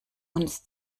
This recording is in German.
uns